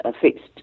fixed